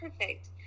perfect